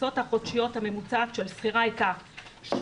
ההכנסה החודשית הממוצעת של שכירה היא 8,546,